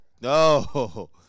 No